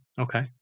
Okay